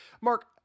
Mark